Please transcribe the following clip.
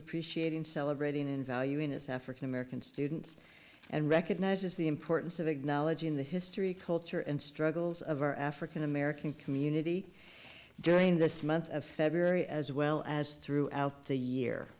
appreciating celebrating in valuing this african american students and recognizes the importance of acknowledging the history culture and struggles of our african american community during this month of february as well as throughout the year